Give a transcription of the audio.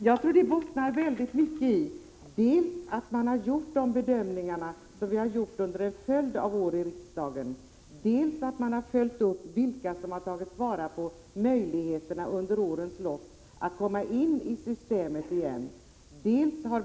Jag tror att detta till stor del bottnar i dels de bedömningar vi under en följd av år har gjort här i riksdagen, dels de uppföljningar som gjorts av vilka som tagit vara på de möjligheter att komma in i systemet igen som under årens lopp har funnits.